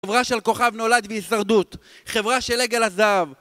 חברה של כוכב נולד והשרדות. חברה של עגל הזהב.